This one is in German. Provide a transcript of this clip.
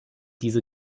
diese